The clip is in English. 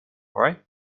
right